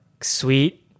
sweet